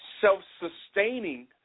self-sustaining